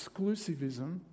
exclusivism